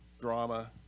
drama